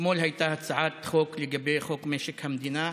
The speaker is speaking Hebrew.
אתמול הייתה הצעת חוק לגבי חוק משק המדינה,